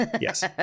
yes